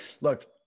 Look